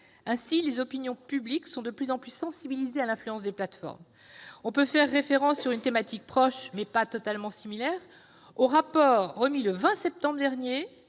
Ainsi, les opinions publiques sont de plus en plus sensibilisées à l'influence des plateformes. On peut faire référence, sur une thématique proche mais pas totalement similaire, au rapport remis au Premier